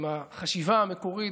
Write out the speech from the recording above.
עם החשיבה המקורית,